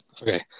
Okay